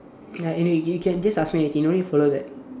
ya and you you can just ask me anything don't need to follow that